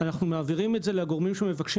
אנחנו מעבירים את זה לגורמים שמבקשים